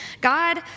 God